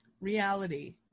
Reality